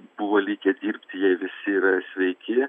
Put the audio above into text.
buvo likę dirbti jie visi sveiki